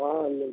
ହଁ